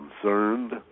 concerned